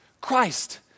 Christ